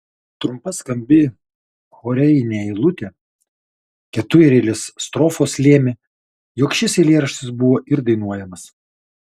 trumpa skambi chorėjinė eilutė ketureilės strofos lėmė jog šis eilėraštis buvo ir dainuojamas